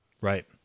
Right